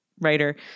writer